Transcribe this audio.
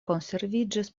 konserviĝis